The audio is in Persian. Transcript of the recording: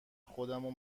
خودمو